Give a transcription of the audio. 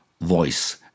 voice